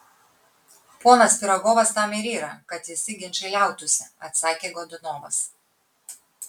ponas pirogovas tam ir yra kad visi ginčai liautųsi atsakė godunovas